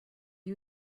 are